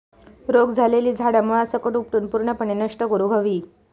रोग झालेली झाडा मुळासकट उपटून पूर्णपणे नष्ट करुक हवी